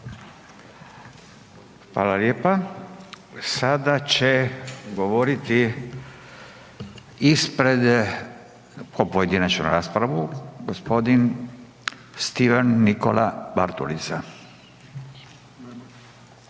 Hvala lijepa. Sada će govoriti pojedinačnu raspravu gospodina Stephen Nikola Bartulica. Nema